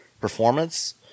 performance